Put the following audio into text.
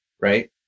Right